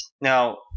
now